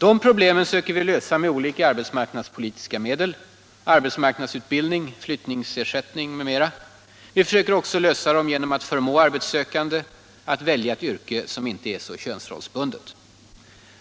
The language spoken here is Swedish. Dessa problem söker vi lösa med olika arbetsmarknadspolitiska medel — arbetsmarknadsutbildning, flyttningsersättning m.m. Vi försöker också lösa dem genom att förmå arbetssökande att välja ett yrke som inte är så könsrollsbundet.